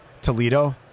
Toledo